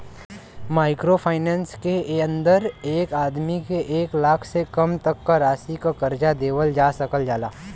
micro finance के अंदर एक आदमी के एक लाख से कम तक क राशि क कर्जा देवल जा सकल जाला